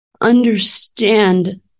understand